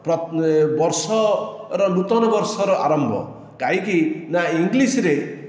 ବର୍ଷର ନୂତନ ବର୍ଷର ଆରମ୍ଭ କାହିଁକି ନା ଇଂଲିସ୍ରେ